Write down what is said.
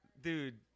Dude